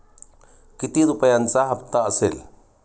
किती रुपयांचा हप्ता असेल?